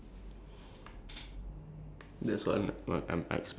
the fire station ya the new one yang the Jurong side